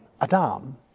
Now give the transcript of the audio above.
Adam